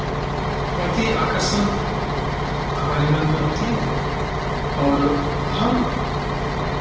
प्रति आकर्षण हमारे मन में होती है और हम